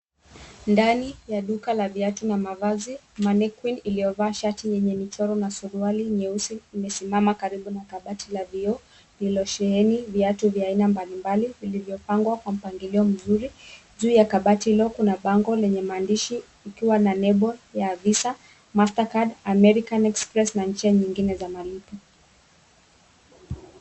Ndani ya duka la viatu na mavazi mannequin iliyovaa shati lenye michoro na suruali nyeusi umesimama karibu na kabati la vioo lililosheheni viatu vya aina mbalimbali vilivyopangwa kwa mpangilio mzuri . Juu ya kabati hilo kuna bango lenye maandishi ikiwa na nembo ya Visa, Mastercard, American express na njia nyingine za malipo.